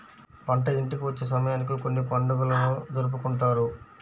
పంట ఇంటికి వచ్చే సమయానికి కొన్ని పండుగలను జరుపుకుంటారు